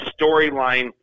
storyline